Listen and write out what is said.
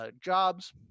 jobs